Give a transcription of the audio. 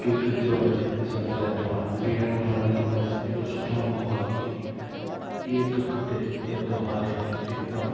cricket जो match ॾिसंदो रहंदो आहे बी एन ओ वरनि जो मैच एॾो सुठो हूंदो आहे की केरु थो खटे केरु थो हारे हिकदमि